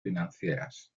financieras